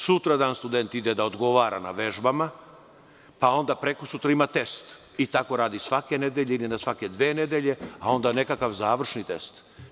Sutradan student ide da odgovara na vežbama, pa onda prekosutra ima test i tako radi svake ili na svake dve nedelje, a onda nekakav završni test.